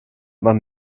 man